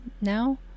now